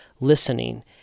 listening